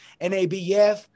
NABF